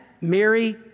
Mary